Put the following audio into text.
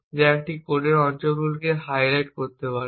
যা এই কোডের অঞ্চলগুলিকে হাইলাইট করতে পারে